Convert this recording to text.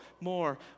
more